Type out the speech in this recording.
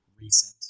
recent